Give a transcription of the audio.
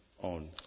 on